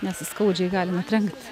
nes skaudžiai gali nutrenkt